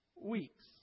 weeks